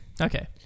Okay